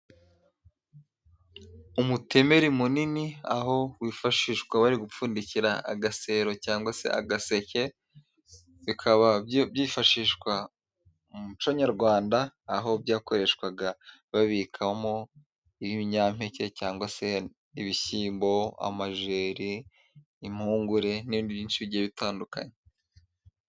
Umutemeri munini aho wifashishwa bari gupfundikira agasero cyangwa se agaseke. Bikaba byifashishwa mu muco nyarwanda, aho byakoreshwaga babikamo ibinyampeke cyangwa se ibishyimbo, amajeri, impungure. Ni byinshi bigiye bitandukanye.